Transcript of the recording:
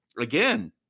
again